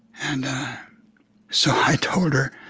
and so, i told her,